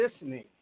listening